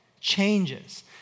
changes